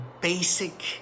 basic